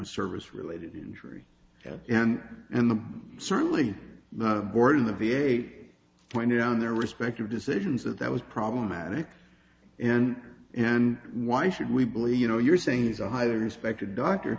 a service related injury and and i'm certainly not a board in the v a pointed out in their respective decisions that that was problematic and and why should we believe you know you're saying is a highly respected doctor